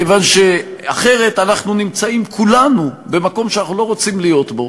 מכיוון שאחרת אנחנו נמצאים כולנו במקום שאנחנו לא רוצים להיות בו.